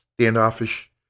standoffish